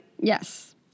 Yes